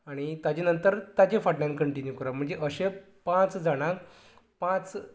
आनी ताजे नंतर ताजे फाटल्यान कंटिन्यू करप म्हणजे अशे पांच जाणाक पांच